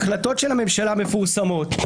החלטות של הממשלה מפורסמות,